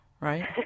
right